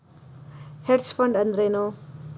Hedge fund ಅಂದ್ರೇನು?